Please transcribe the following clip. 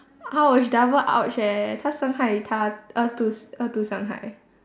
!ouch! double !ouch! eh 她伤害他二度二度伤害